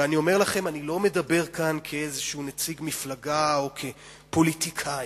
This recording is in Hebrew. ואני לא מדבר כאן כנציג מפלגה או כפוליטיקאי,